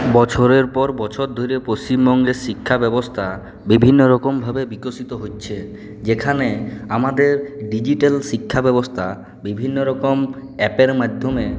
বছরের পর বছর ধরে পশ্চিমবঙ্গের শিক্ষা ব্যবস্থা বিভিন্ন রকমভাবে বিকশিত হচ্ছে যেখানে আমাদের ডিজিটাল শিক্ষাব্যবস্থা বিভিন্নরকম অ্যাপের মাধ্যমে